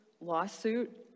lawsuit